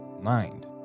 mind